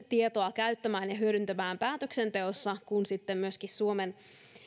tietoa käyttämään ja hyödyntämään niin päätöksenteossa kuin myöskin suomen